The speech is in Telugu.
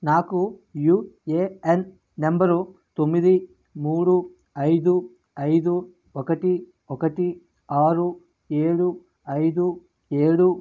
నాకు యూఏఎన్ నంబరు తొమ్మిది మూడు ఐదు ఐదు ఒకటి ఒకటి ఆరు ఏడు ఐదు ఏడు